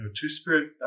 two-spirit